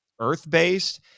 earth-based